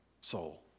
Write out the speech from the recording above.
soul